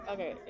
Okay